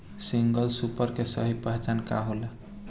Single super के सही पहचान का होला?